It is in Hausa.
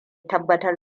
tabbatar